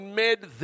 made